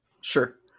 Sure